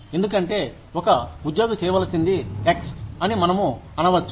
ఎందుకంటే ఒక ఒక ఉద్యోగి చేయవలసింది ఎక్స్ అని మనము అనవచ్చు